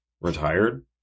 retired